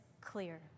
clear